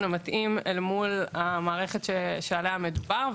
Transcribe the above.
המתאים אל מול המערכת שעליה מדובר.